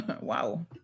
Wow